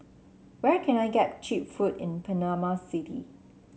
where can I get cheap food in Panama City